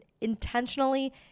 intentionally